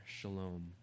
shalom